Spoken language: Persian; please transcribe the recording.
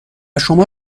شما